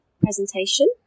presentation